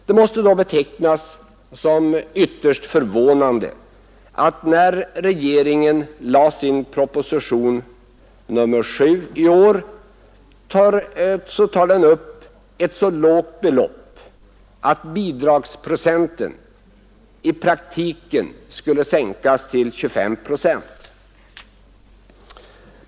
Det måste då betecknas som ytterst förvånande att regeringen i proposition nr 7 i år föreslår ett så lågt belopp, att bidragsprocenten i praktiken skulle sänkas till 25 procent.